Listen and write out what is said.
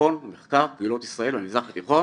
למכון המחקר קהילות ישראל והמזרח התיכון